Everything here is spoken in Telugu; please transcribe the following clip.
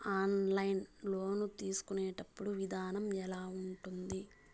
ఆన్లైన్ లోను తీసుకునేటప్పుడు విధానం ఎలా ఉంటుంది